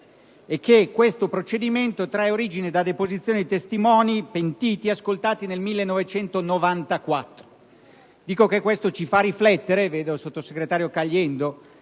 2001 e che trae origine da deposizioni di testimoni pentiti ascoltati nel 1994. Dico che questo ci fa riflettere - vedo il sottosegretario Caliendo